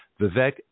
Vivek